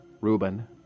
Reuben